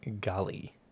Gully